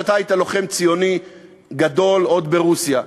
אתה היית לוחם ציוני גדול עוד ברוסיה.